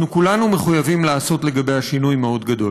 אנחנו כולנו מחויבים לעשות לגביה שינוי מאוד גדול.